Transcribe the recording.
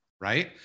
right